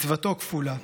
מצוותו כפולה.